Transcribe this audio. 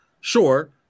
sure